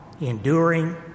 enduring